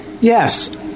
yes